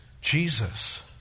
Jesus